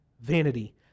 vanity